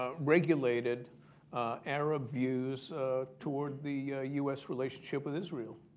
ah regulated arab views toward the u s. relationship with israel.